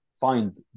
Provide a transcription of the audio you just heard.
find